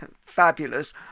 Fabulous